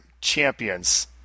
champions